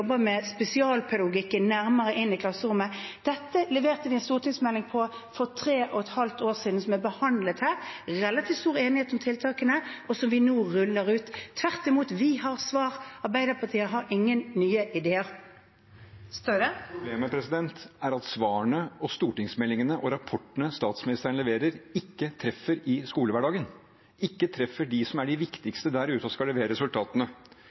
er behandlet her. Det var relativt stor enighet om tiltakene, som vi nå ruller ut. Så tvert imot: Vi har svar. Arbeiderpartiet har ingen nye ideer. Jonas Gahr Støre – til oppfølgingsspørsmål. Problemet er at svarene og stortingsmeldingene og rapportene statsministeren leverer, ikke treffer i skolehverdagen, ikke treffer dem som er de viktigste der ute, og som skal levere resultatene.